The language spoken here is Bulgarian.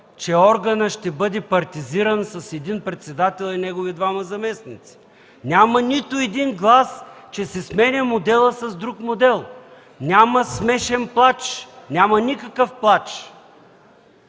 че органът ще бъде партизиран с един председател и негови двама заместници. Няма нито един глас, че се сменя модела с друг модел. Няма смешен плач, няма никакъв плач!